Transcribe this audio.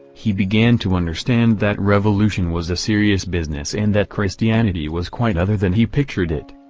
he began to understand that revolution was a serious business and that christianity was quite other than he pictured it.